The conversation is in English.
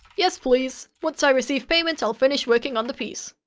yes please, once i receive payment i'll finish working on the piece.